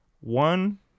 one